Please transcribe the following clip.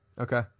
Okay